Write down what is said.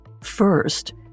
First